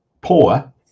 poor